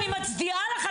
אני מצדיעה לך,